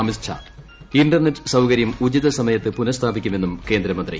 Amit Shah internet സൌകര്യം ഉചിത സമയത്ത് പുനഃസ്ഥാപിക്കുമെന്നും കേന്ദ്ര മന്ത്രി